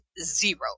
zero